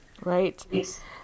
Right